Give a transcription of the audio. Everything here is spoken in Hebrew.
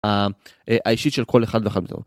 האישית של כל אחד ואחת.